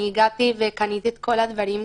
אני הגעתי וקניתי את כל הדברים,